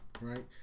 right